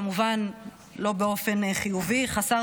כמובן שלא באופן חיובי.